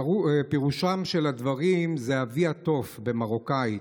פירושם של הדברים זה "אבי התוף" במרוקאית,